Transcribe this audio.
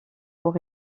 pour